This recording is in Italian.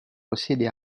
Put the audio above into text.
possiede